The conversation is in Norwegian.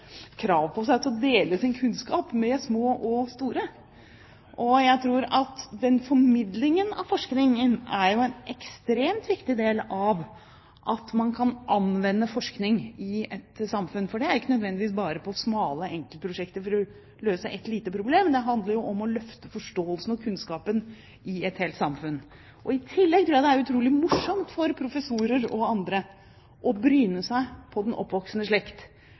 å dele sin kunnskap med små og store. Jeg tror at denne formidlingen av forskning er en ekstremt viktig del av anvendt forskning i et samfunn. For det handler ikke nødvendigvis bare om smale enkeltprosjekter for å løse et lite problem, det handler om å løfte forståelsen og kunnskapen i et helt samfunn. I tillegg tror jeg det er utrolig morsomt for professorer og andre å bryne seg på den oppvoksende slekt,